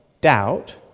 doubt